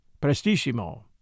Prestissimo